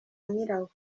nyirawo